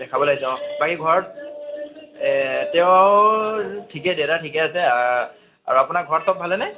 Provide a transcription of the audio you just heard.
দেখাবলৈ গৈছে অঁ বাকী ঘৰত তেওঁ ঠিকে দেতা ঠিকে আছে আৰু আপোনাৰ ঘৰত চব ভালেনে